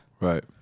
Right